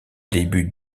début